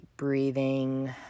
Breathing